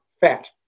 fat